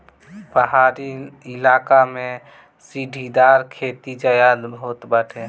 पहाड़ी इलाका में सीढ़ीदार खेती ज्यादा होत बाटे